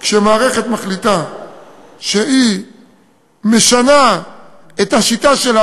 כשמערכת מחליטה שהיא משנה את השיטה שלה